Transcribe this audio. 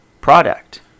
product